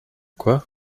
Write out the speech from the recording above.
quoi